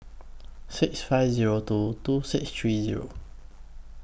six five Zero two two six three Zero